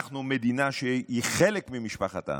אנחנו מדינה שהיא חלק ממשפחת העמים.